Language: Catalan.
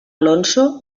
alonso